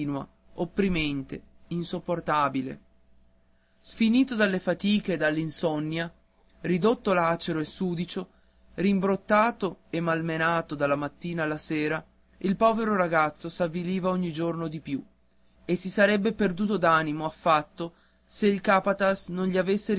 opprimente insopportabile sfinito dalle fatiche e dall'insonnia ridotto lacero e sudicio rimbrottato e malmenato dalla mattina alla sera il povero ragazzo s'avviliva ogni giorno di più e si sarebbe perduto d'animo affatto se il capataz non gli avesse